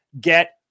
get